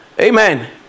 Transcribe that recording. amen